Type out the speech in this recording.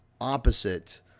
opposite